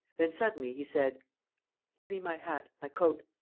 then, suddenly, he said give me my hat. my coat.